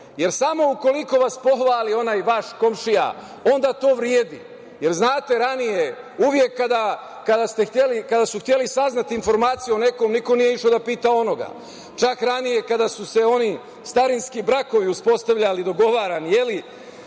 jer samo ukoliko vas pohvali onaj vaš komšija, onda to vredi. Znate, ranije, uvek kada su hteli saznati informacije o nekome niko nije išao da pita onoga, čak ranije kada su se oni starinski brakovi uspostavljali, dogovarani,